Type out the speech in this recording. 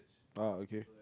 oh okay